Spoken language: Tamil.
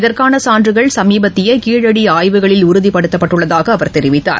இதற்கான சான்றுகள் சமீபத்திய கீழடி ஆய்வுகளில் உறுதிப்படுத்தப்பட்டுள்ளதாக அவர் தெரிவித்தார்